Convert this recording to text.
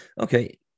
Okay